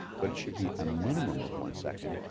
but it should be a minimum of one second,